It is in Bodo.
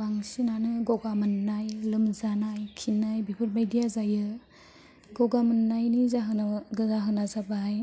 बांसिनानो गगा मोननाय लोमजानाय खिनाय बेफोरबायदिया जायो गगा मोननायनि जाहोनाव जाहोना जाबाय